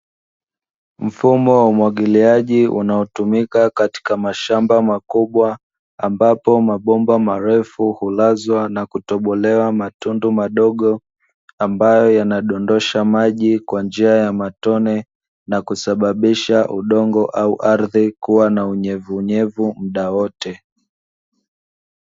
Mfumo wa umwagiliaji unaotumika katika mashamba makubwa, ambapo mabomba marefu hulazwa na kutobolewa matundu madogo, ambayo yanadondosha maji kwa njia ya matone na kusababisha udongo au ardhi kuwa na unyevunyevu muda wote.